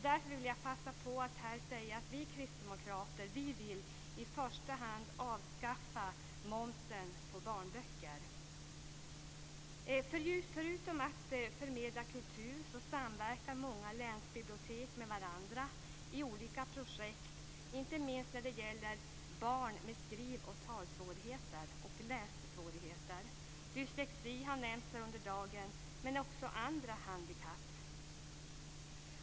Därför vill jag passa på att säga att vi kristdemokrater i första hand vill avskaffa momsen på barnböcker. Förutom att förmedla kultur samverkar många länsbibliotek med varandra i olika projekt, inte minst när det gäller barn med skriv-, tal och lässvårigheter. Dyslexi har nämnts här under dagen, men det gäller också andra handikapp.